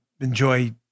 enjoy